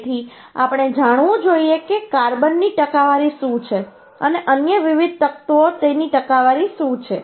તેથી આપણે જાણવું જોઈએ કે કાર્બનની ટકાવારી શું છે અને અન્ય વિવિધ તત્વો તેની ટકાવારી શું છે